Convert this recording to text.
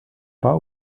pas